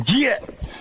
get